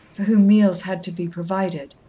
for whom meals had to be provided,